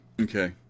Okay